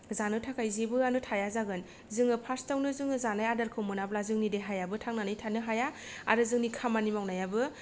जानो थाखाय जेबोआनो थाया जागोन जोङो फार्स्ट आवनो जोङो जानाय आदारखौ मोनाब्ला जोंनि देहायाबो थांनानै थानो हाया आरो जोंनि खामानि मावनायाबो